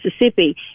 Mississippi